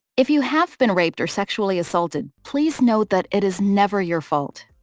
if you have been raped or sexually assaulted, please note that it is never your fault.